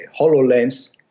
HoloLens